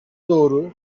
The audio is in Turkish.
doğru